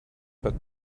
but